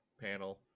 panel